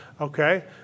Okay